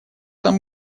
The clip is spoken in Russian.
там